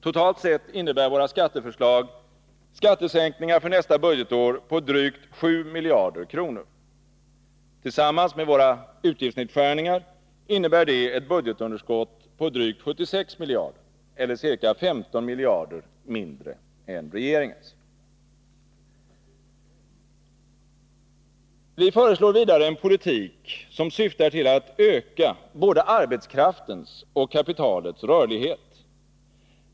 Totalt sett innebär våra skatteförslag skattesänkningar för nästa budgetår på drygt 7 miljarder kronor. Tillsammans med våra utgiftsnedskärningar innebär det ett budgetunderskott på drygt 76 miljarder eller ca 15 miljarder mindre än enligt regeringens förslag. Vi föreslår vidare en politik som syftar till att öka både arbetskraftens och kapitalets rörlighet.